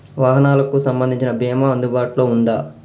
వాహనాలకు సంబంధించిన బీమా అందుబాటులో ఉందా?